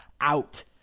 out